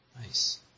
Nice